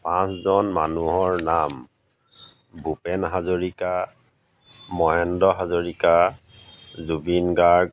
পাঁচজন মানুহৰ নাম ভূপেন হাজৰিকা মহেন্দ্ৰ হাজৰিকা জুবিন গাৰ্গ